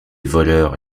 voleurs